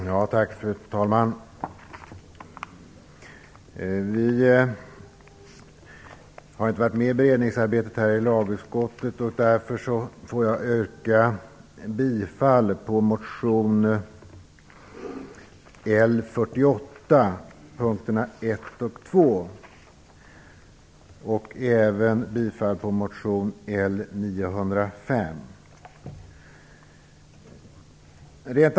Fru talman! Vi har inte varit med i beredningsarbetet i lagutskottet och därför får jag yrka bifall till motion L48, punkterna 1 och 2. Jag yrkar även bifall till motion L905.